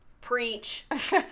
Preach